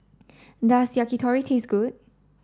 does Yakitori taste good